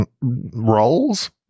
roles